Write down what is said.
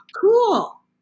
cool